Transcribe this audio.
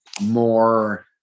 more